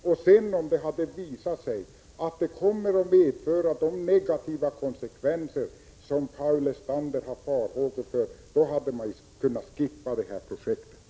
Om det sedan hade visat sig att det skulle komma att medföra de negativa konsekvenser som Paul Lestander har farhågor för kunde projektet ha slopats.